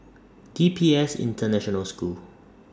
D P S International School